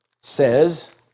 says